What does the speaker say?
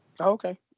Okay